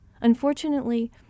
Unfortunately